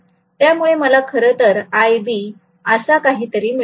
त्यामुळे मला खरंतर iB असा काहीतरी मिळेल